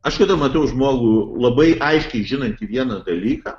aš matau žmogų labai aiškiai žinantį vieną dalyką